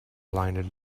blinded